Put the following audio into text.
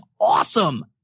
awesome